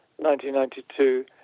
1992